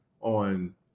on